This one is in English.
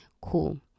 cool